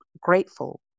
grateful